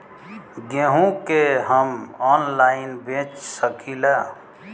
गेहूँ के हम ऑनलाइन बेंच सकी ला?